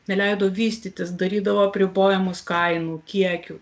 neleido vystytis darydavo apribojimus kainų kiekių